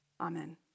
Amen